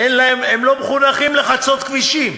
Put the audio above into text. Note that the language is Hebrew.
הם לא מחונכים לחצות כבישים.